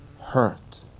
hurt